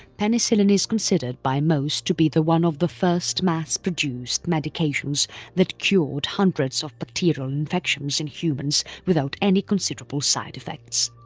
penicillin is considered by most to be the one of the first mass produced medications that cured hundreds of bacterial infections in humans without any considerable side effects.